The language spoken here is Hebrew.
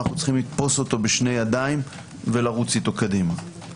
אנו צריכים לתפוס אותו בשתי ידיים ולרוץ איתו קדימה.